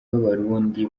b’abarundi